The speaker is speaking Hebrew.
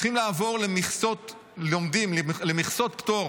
צריכים לעבור למכסות לומדים, למכסות פטור,